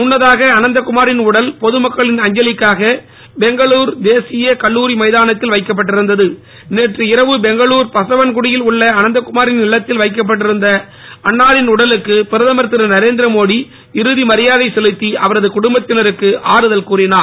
முன்னதாக அன்ந்த குமாரின் உடல் பொது மக்களின் அஞ்சலிக்காக பெங்களுர் தேசிய கல்லூரி மைதானத்தில் வைக்கப்பட்டிருந்தது நேற்று இரவு பெங்களுர் பசவன்குடியில் உள்ள அனந்தகுமாரின் இல்லத்தில் வைக்கப்பட்டிருந்த அன்னாரின் உடலுக்கு பிரதமர் திரு நரேந்திரமோடி இறுதி மரியாதை செலுத்தி அவரது குடும்பத்தினருக்கு ஆறுதல் கூறினார்